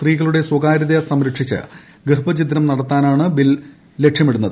സ്ത്രീകളുടെ സ്വകാര്യത സംരക്ഷിച്ച് ഗർഭഛിദ്രം നടത്താനാണ് ബിൽ ലക്ഷ്യമിടുന്നത്